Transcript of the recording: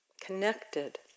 connected